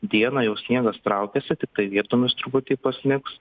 dieną jau sniegas traukiasi tiktai vietomis truputį pasnigs